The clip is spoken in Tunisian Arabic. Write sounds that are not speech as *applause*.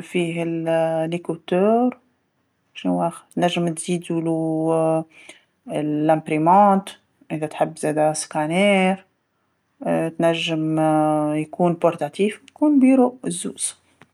فيه *hesitation* سماعات الأذن، شناوا خاص، تنجم تزيدولو *hesitation* الطابعة، إذا تحب زاده الماسح الضوئي، تنجم *hesitation* يكون محمول يكون مكتب للزوز.